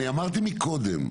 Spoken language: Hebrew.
אני אמרתי מקודם,